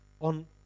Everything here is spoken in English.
on